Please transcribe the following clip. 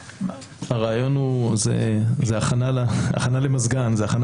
כולנו כיוונו לכאן שברגע שהוא כבר מכריע